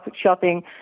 shopping